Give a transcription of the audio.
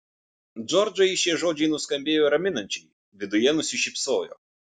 džordžai šie žodžiai nuskambėjo raminančiai viduje nusišypsojo